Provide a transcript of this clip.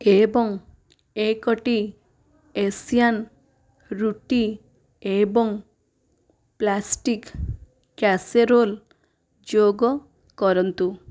ଏବଂ ଏକଟି ଏସିଆନ୍ ରୁଟି ଏବଂ ପ୍ଲାଷ୍ଟିକ୍ କ୍ୟାସେରୋଲ୍ ଯୋଗ କରନ୍ତୁ